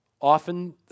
Often